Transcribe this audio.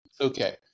Okay